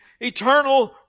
eternal